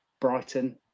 Brighton